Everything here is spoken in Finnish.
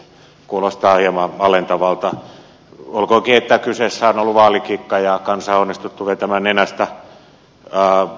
kuulostaa hieman alentavalta olkoonkin että kyseessä on ollut vaalikikka ja kansaa onnistuttu vetämään nenästä